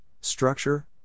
structure